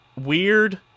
weird